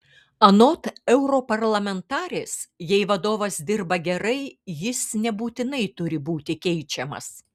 anot europarlamentarės jei vadovas dirba gerai jis nebūtinai turi būti keičiamas